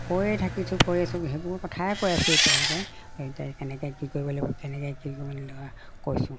কয়ে থাকিছোঁ কৈ আছোঁ সেইবোৰ কথাই কৈ আছোঁ এতিয়ালৈকে কেনেকৈ কি কৰিব লাগিব কেনেকৈ কি মানে ল কৈছোঁ